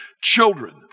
Children